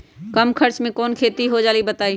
कम खर्च म कौन खेती हो जलई बताई?